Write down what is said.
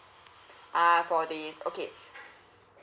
ah for this okay